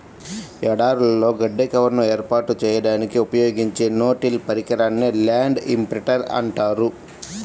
ఎడారులలో గడ్డి కవర్ను ఏర్పాటు చేయడానికి ఉపయోగించే నో టిల్ పరికరాన్నే ల్యాండ్ ఇంప్రింటర్ అంటారు